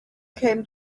came